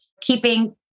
keeping